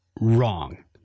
wrong